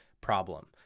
problem